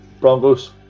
Broncos